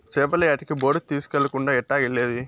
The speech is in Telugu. చేపల యాటకి బోటు తీస్కెళ్ళకుండా ఎట్టాగెల్లేది